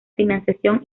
financiación